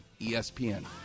ESPN